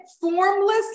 formless